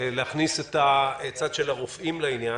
רוצה להכניס את הצד של הרופאים לעניין.